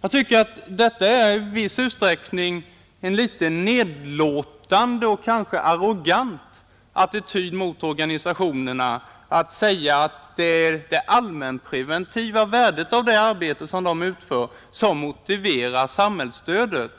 Jag tycker emellertid att det är en litet nedlåtande och t.o.m. arrogant attityd mot organisationerna att säga att det är det allmänpreventiva värdet av det arbete de utför som motiverar samhällsstödet,